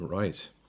right